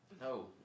No